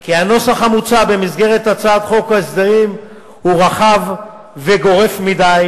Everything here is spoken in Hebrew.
כי הנוסח המוצע במסגרת הצעת חוק ההסדרים הוא רחב וגורף מדי,